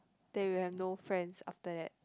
that you have no friends after that